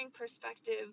perspective